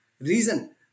reason